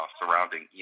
surrounding